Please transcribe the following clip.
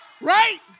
Right